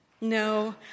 No